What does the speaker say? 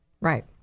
Right